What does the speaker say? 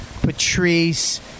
Patrice